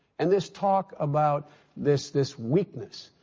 and this talk about this this weakness,